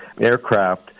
aircraft